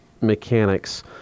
mechanics